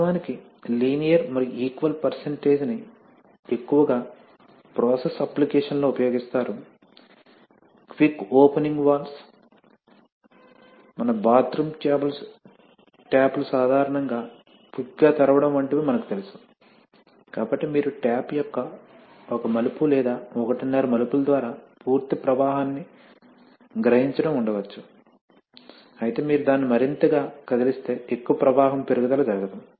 వాస్తవానికి లీనియర్ మరియు equal percentage ని ఎక్కువగా ప్రాసెస్ అప్లికేషన్స్ లో ఉపయోగిస్తారు క్విక్ ఓపెనింగ్ వాల్వ్స్ మన బాత్రూమ్ ట్యాప్లు సాధారణంగా క్విక్ గా తెరవడం వంటివి మనకు తెలుసు కాబట్టి మీరు ట్యాప్ యొక్క ఒక మలుపు లేదా ఒకటిన్నర మలుపులు ద్వారా పూర్తి ప్రవాహాన్ని గ్రహించడం ఉండవచ్చు అయితే మీరు దాన్ని మరింతగా కదిలిస్తే ఎక్కువ ప్రవాహం పెరుగుదల జరగదు